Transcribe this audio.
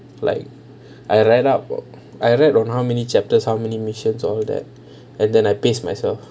like I read up the book I read on how many chapters how many missions all that and then I pace myself